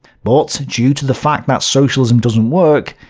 but, due to the fact that socialism doesn't work,